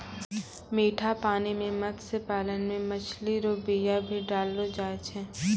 मीठा पानी मे मत्स्य पालन मे मछली रो बीया भी डाललो जाय छै